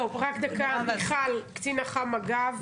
טוב, רק דקה, מיכל, קצין אח"מ מג"ב.